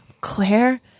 Claire